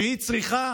שהיא צריכה